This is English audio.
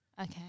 Okay